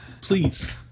please